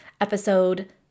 episode